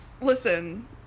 Listen